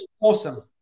Awesome